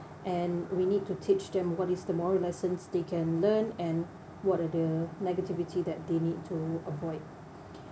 and we need to teach them what is the moral lessons they can learn and what are the negativity that they need to avoid